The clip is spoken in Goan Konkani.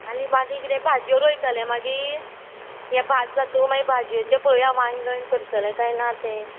आनी मागीर कितें भाजयो रोयतले मागीर हे भात जातू मागीर भाजयोचे पया वांगड करतले काय ना तें